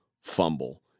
fumble